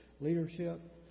leadership